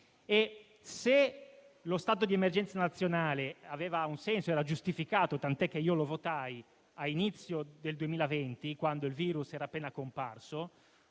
Se lo stato di emergenza nazionale aveva un senso ed era giustificato - tant'è che io votai a favore a inizio del 2020, quando il virus era appena comparso